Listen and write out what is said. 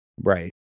Right